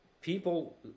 People